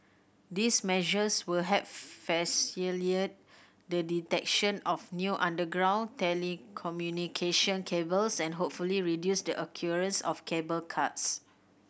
these measures will help the detection of new underground telecommunication cables and hopefully reduce the occurrence of cable cuts